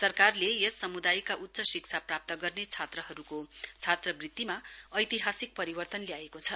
सरकारले यस समुदायका उच्च शिक्षा प्राप्त गर्ने छात्रहरुको छात्रवृत्तिमा ऐतिहासिक परिवर्तन ल्याएको छ